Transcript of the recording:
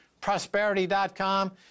prosperity.com